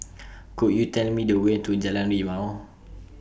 Could YOU Tell Me The Way to Jalan Rimau